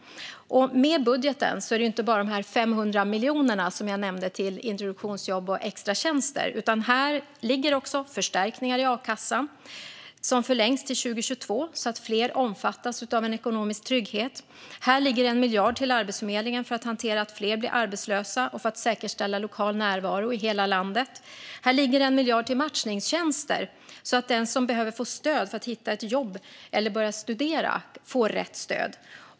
Budgeten handlar inte bara om dessa 500 miljoner kronor till introduktionsjobb och extratjänster, som jag nämnde. Här ligger också förstärkningar på a-kassan som förlängs till 2022, så att fler omfattas av en ekonomisk trygghet. Här ligger 1 miljard kronor till Arbetsförmedlingen för att hantera fler arbetslösa och för att säkerställa lokal närvaro i hela landet. Här ligger 1 miljard kronor till matchningstjänster, så att den som behöver få stöd för att hitta ett jobb eller börja studera får rätt stöd.